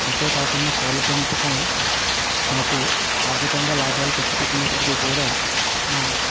అంతేకాకుండా కోళ్ళ పెంపకం నాకు ఆర్ధికంగా లాభాలు తెచ్చిపెట్టినప్పటికీ కూడా నా